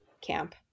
camp